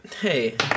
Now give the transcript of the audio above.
Hey